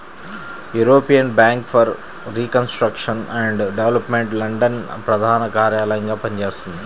European bank for reconstruction and development London ప్రధాన కార్యాలయంగా పనిచేస్తున్నది